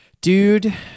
Dude